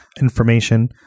information